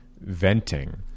venting